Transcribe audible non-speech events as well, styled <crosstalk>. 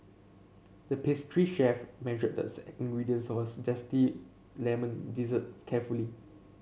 the pastry chef measured the <unintelligible> ingredients of a zesty lemon dessert carefully